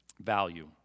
value